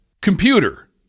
Computer